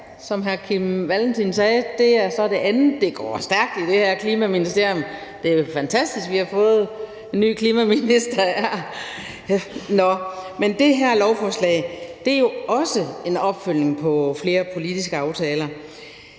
det her lovforslag er jo også en opfølgning på flere politiske aftaler.